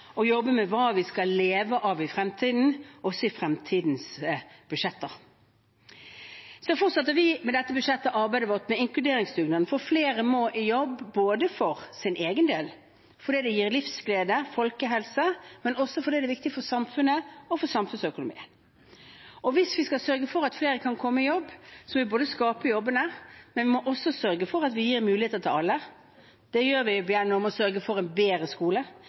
å jobbe med hva vi skal leve av i fremtiden, også i fremtidens budsjetter. Så fortsatte vi med dette budsjettet arbeidet vårt med inkluderingsdugnaden, for flere må i jobb: for egen del, fordi det gir livsglede og folkehelse, og fordi det er viktig for samfunnet og for samfunnsøkonomien. Hvis vi skal sørge for at flere kommer i jobb, må vi både skape jobbene og sørge for at vi gir muligheter for alle. Det gjør vi gjennom å sørge for en bedre skole